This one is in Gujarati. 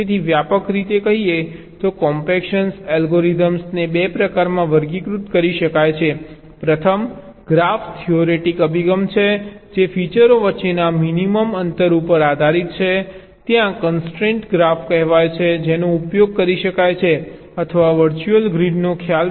તેથી વ્યાપક રીતે કહીએ તો કોમ્પેક્શન એલ્ગોરિધમ્સ ને બે પ્રકારોમાં વર્ગીકૃત કરી શકાય છે પ્રથમ ગ્રાફ થિયોરેટિક અભિગમ છે જે ફીચરો વચ્ચેના મિનિમમ અંતર ઉપર આધારિત છે ત્યાં કંસ્ટ્રેન્ટ ગ્રાફ કહેવાય છે જેનો ઉપયોગ કરી શકાય છે અથવા વર્ચ્યુઅલ ગ્રીડનો ખ્યાલ છે